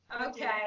okay